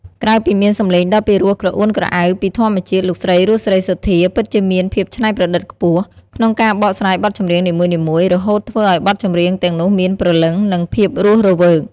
ក្រៅពីមានសំឡេងដ៏ពីរោះក្រអួនក្រអៅពីធម្មជាតិ លោកស្រី រស់ សេរីសុទ្ធា ពិតជាមាន ភាពច្នៃប្រឌិតខ្ពស់ ក្នុងការបកស្រាយបទចម្រៀងនីមួយៗ រហូតធ្វើឲ្យបទចម្រៀងទាំងនោះមាន ព្រលឹង និង ភាពរស់រវើក ។